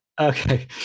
Okay